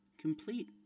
complete